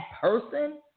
person